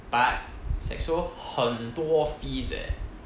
but saxo 很多 fees eh